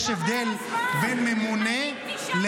יש הבדל בין ממונה -- אני עם תשעה מנדטים.